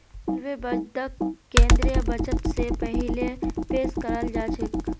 railway बजटक केंद्रीय budget स पहिले पेश कराल जाछेक